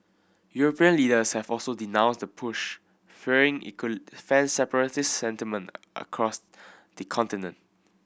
European leaders have also denounced the push fearing it could fan separatist sentiment across the continent